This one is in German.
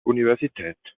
universität